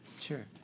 Sure